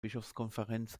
bischofskonferenz